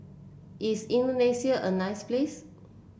is Indonesia a nice place